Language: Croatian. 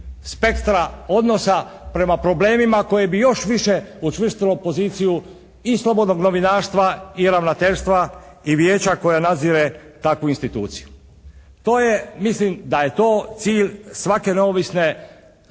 spektra odnosa prema problemima koje bi još više učvrstilo poziciju i slobodnog novinarstva i ravnateljstva i vijeća koje nadzire takvu instituciju. To je mislim, da je to cilj svake neovisne